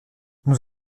nous